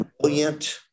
Brilliant